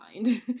mind